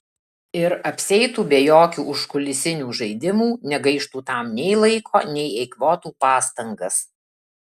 ir apsieitų be jokių užkulisinių žaidimų negaištų tam nei laiko nei eikvotų pastangas